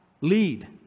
lead